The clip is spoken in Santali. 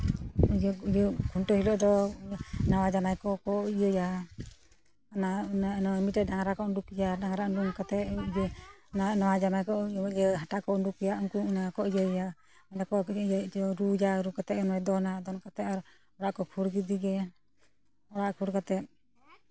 ᱤᱭᱟᱹ ᱤᱭᱟᱹ ᱠᱷᱩᱱᱴᱟᱹᱣ ᱦᱤᱞᱳᱜ ᱫᱚ ᱱᱟᱣᱟ ᱡᱟᱶᱟᱭ ᱠᱚᱠᱚ ᱤᱭᱟᱹᱭᱟ ᱚᱱᱟ ᱚᱱᱟ ᱢᱤᱫᱴᱮᱡ ᱰᱟᱝᱨᱟ ᱠᱚ ᱩᱰᱩᱠᱮᱭᱟ ᱰᱟᱝᱨᱟ ᱩᱰᱩᱠ ᱠᱟᱛᱮ ᱜᱮ ᱱᱟᱣᱟ ᱡᱟᱶᱟᱭ ᱠᱚ ᱦᱟᱴᱟᱜ ᱠᱚ ᱩᱰᱩᱝ ᱮᱭᱟ ᱩᱱᱠᱩ ᱚᱱᱟᱠᱚ ᱤᱭᱟᱹᱭᱟ ᱚᱸᱰᱮ ᱠᱚ ᱨᱩᱭᱟ ᱨᱩ ᱠᱟᱛᱮ ᱚᱱᱟᱭ ᱫᱚᱱᱟ ᱫᱚᱱ ᱠᱟᱛᱮ ᱟᱨ ᱚᱲᱟᱜ ᱠᱚ ᱠᱷᱟᱹᱲ ᱠᱮᱫᱮᱜᱮ ᱚᱲᱟᱜ ᱠᱷᱟᱹᱲ ᱠᱟᱛᱮ